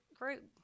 group